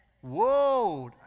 Whoa